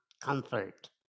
comfort